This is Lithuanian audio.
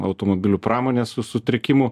automobilių pramonės su sutrikimų